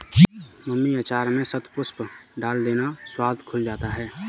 mummy अचार में शतपुष्प डाल देना, स्वाद खुल जाता है